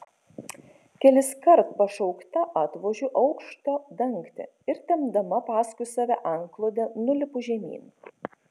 keliskart pašaukta atvožiu aukšto dangtį ir tempdama paskui save antklodę nulipu žemyn